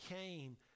came